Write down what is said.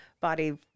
body